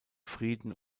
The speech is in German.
frieden